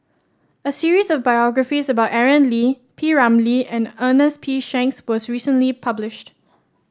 a series of biographies about Aaron Lee P Ramlee and Ernest P Shanks was recently published